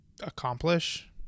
accomplish